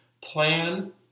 plan